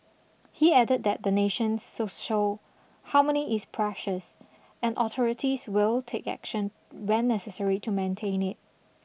he added that the nation's social harmony is precious and authorities will take action when necessary to maintain it